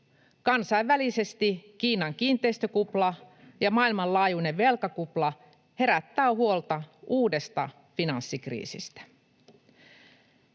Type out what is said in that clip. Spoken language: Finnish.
Kansainvälisesti Kiinan kiinteistökupla ja maailmanlaajuinen velkakupla herättävät huolta uudesta finanssikriisistä.